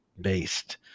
based